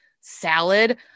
salad